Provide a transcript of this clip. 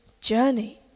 journey